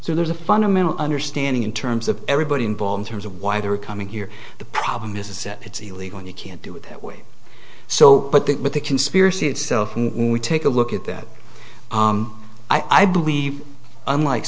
so there's a fundamental understanding in terms of everybody involved in terms of why they were coming here the problem is that it's illegal and you can't do it that way so but that with the conspiracy itself we take a look at that i believe unlike